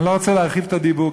אני לא רוצה להרחיב את הדיבור,